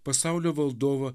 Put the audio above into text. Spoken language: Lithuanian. pasaulio valdovą